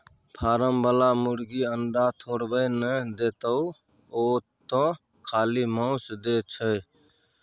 form बला मुरगी अंडा थोड़बै न देतोउ ओ तँ खाली माउस दै छै